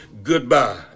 goodbye